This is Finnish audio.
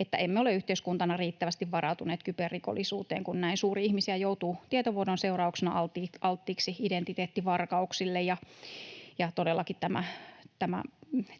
että emme ole yhteiskuntana riittävästi varautuneet kyberrikollisuuteen, kun näin suuri joukko ihmisiä joutuu tietovuodon seurauksena alttiiksi identiteettivarkauksille. Todellakin tämä